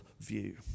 view